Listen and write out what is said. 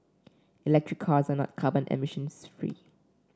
electric cars are not carbon emissions free